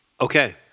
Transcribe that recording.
Okay